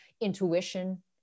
intuition